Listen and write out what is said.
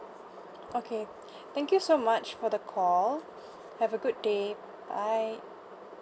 okay thank you so much for the call have a good day bye